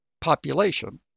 population